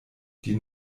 die